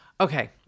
Okay